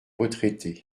retraités